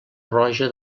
roja